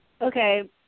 Okay